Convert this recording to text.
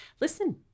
listen